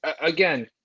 again